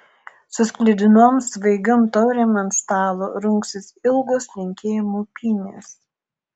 su sklidinom svaigiom taurėm ant stalo rungsis ilgos linkėjimų pynės